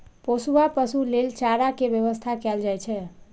पोसुआ पशु लेल चारा के व्यवस्था कैल जाइ छै